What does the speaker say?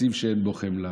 שתקציב שאין בו חמלה